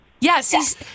Yes